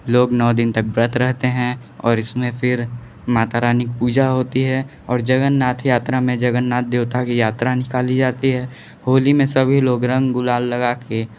लोग नौ दिन तक व्रत रहते हैं और इसमें फिर माता रानी पूजा होती है और जगन्नाथ यात्रा में जगन्नाथ देवता की यात्रा निकाली जाती है होली में सभी लोग रंग गुलाल लगा के